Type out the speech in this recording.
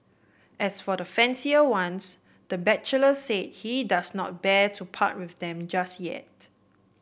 as for the fancier ones the bachelor said he does not bear to part with them just yet